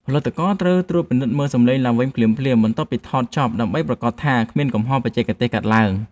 ផលិតករត្រូវត្រួតពិនិត្យសំឡេងឡើងវិញភ្លាមៗបន្ទាប់ពីថតចប់ដើម្បីប្រាកដថាគ្មានកំហុសបច្ចេកទេសកើតឡើង។